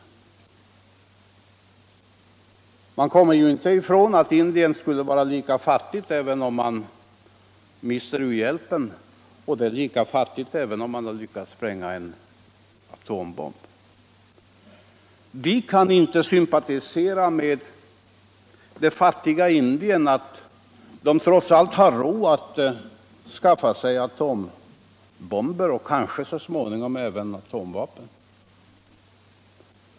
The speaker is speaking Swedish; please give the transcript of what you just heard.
Men man kommer inte ifrån att Indien är lika fattigt även om landet har lyckats spränga en atombomb. Dessa människor kan inte sympatisera med att det fattiga Indien trots allt har råd att skaffa sig at ombomber och kanske så småningom även atomvapen.